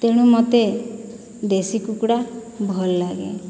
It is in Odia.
ତେଣୁ ମୋତେ ଦେଶୀ କୁକୁଡ଼ା ଭଲ୍ ଲାଗେ